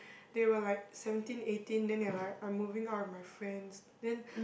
they were like seventeen eighteen then they are like I'm moving out with my friends then